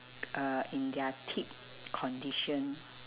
uh in their peak condition